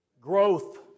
Growth